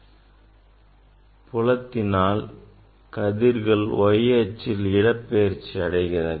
மின் புலத்தினால் கதிர்கள் y திசையில் இடப் பெயர்ச்சி அடைகிறது